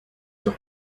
doch